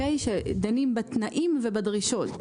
שדנים בתנאים ובדרישות.